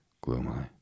gloomily